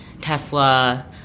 Tesla